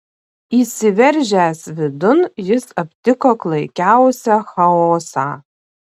įsiveržęs vidun jis aptiko klaikiausią chaosą